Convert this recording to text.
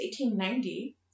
1890